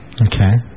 Okay